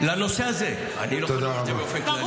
לנושא הזה, אני לא יכול לומר את זה באופן כללי.